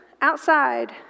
outside